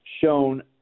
shown